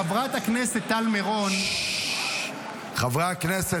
חברת הכנסת טל מירון סיפרה כאן אגדות -- חברי הכנסת,